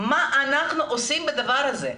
מה אנחנו עושים בדבר הזה?